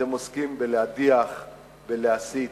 אתם עוסקים בלהדיח, בלהסית.